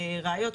ראיות,